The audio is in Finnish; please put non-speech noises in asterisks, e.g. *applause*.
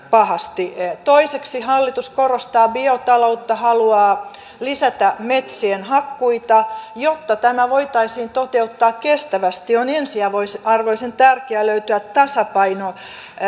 *unintelligible* pahasti toiseksi hallitus korostaa biotaloutta haluaa lisätä metsien hakkuita jotta tämä voitaisiin toteuttaa kestävästi on ensiarvoisen tärkeä löytyä tasapaino